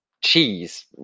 cheese